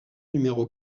numéro